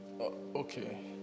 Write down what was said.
Okay